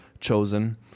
chosen